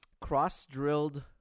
Cross-drilled